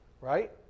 right